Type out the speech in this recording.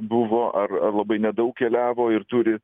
buvo ar ar labai nedaug keliavo ir turi